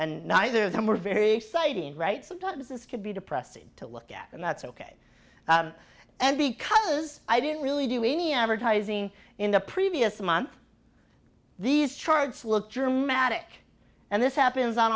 and neither of them were very exciting right sometimes this could be depressing to look at and that's ok and because i didn't really do any advertising in the previous month these charts look dramatic and this happens on